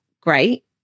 great